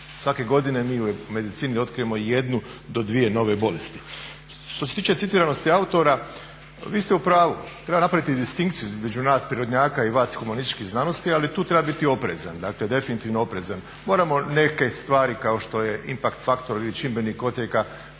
Svake godine mi u medicini otkrijemo jednu do dvije nove bolesti. Što se tiče citiranosti autora vi ste u pravu, treba napraviti distinkciju između nas prirodnjaka i vas humanističkih znanosti ali tu treba biti oprezan, dakle definitivno oprezan. Moramo neke stvari kao što je impact faktor ili čimbenik